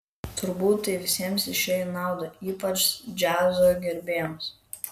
turbūt tai visiems išėjo į naudą ypač džiazo gerbėjams